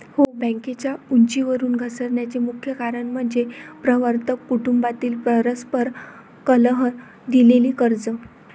हो, बँकेच्या उंचीवरून घसरण्याचे मुख्य कारण म्हणजे प्रवर्तक कुटुंबातील परस्पर कलह, दिलेली कर्जे